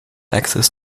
access